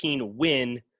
win